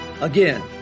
Again